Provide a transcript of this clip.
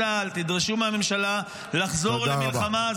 תדרשו מצה"ל, תדרשו מהממשלה לחזור למלחמה.